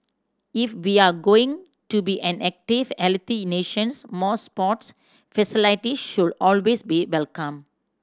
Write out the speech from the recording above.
if we're going to be an active healthy nation more sports facilities should always be welcome